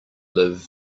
live